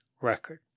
record